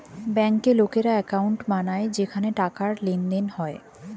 ব্যাংকে লোকেরা অ্যাকাউন্ট বানায় যেখানে টাকার লেনদেন হয়